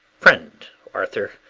friend arthur,